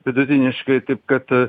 vidutiniškai taip kad